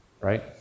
right